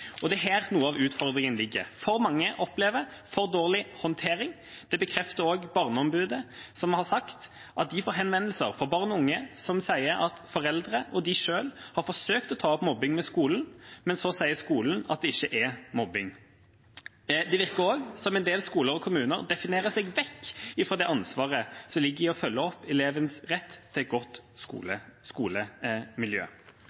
Det er her noe av utfordringen ligger. For mange opplever for dårlig håndtering. Det bekrefter også Barneombudet, som har sagt at de får henvendelser fra barn og unge som sier at foreldre og de selv har forsøkt å ta opp mobbing med skolen, men skolen sier at det ikke er mobbing. Det virker også som en del skoler og kommuner definerer seg vekk fra ansvaret som ligger i å følge opp elevens rett til et godt skolemiljø.